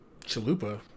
Chalupa